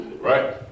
right